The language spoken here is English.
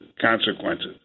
consequences